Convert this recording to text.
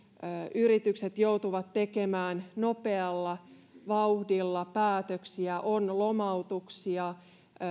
yritykset joutuvat tekemään nopealla vauhdilla päätöksiä on lomautuksia